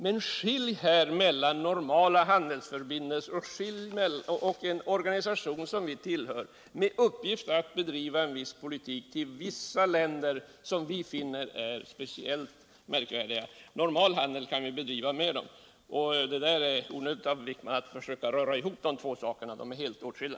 Men skilj här mellan normala handelsförbindelser och förbindelser med en Organisation som vi tillhör men som har till uppgift att bedriva en viss politik i vissa Jänder som vi finner speciellt märkvärdiga! Normal handel kan vi dock bedriva med dem. Det är onödigt av Anders Wijkman att försöka röra ihop de två sakerna, som är helt skilda.